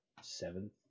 seventh